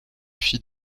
fille